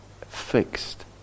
fixed